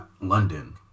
london